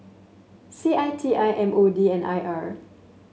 C I T I M O D and I R